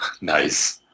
Nice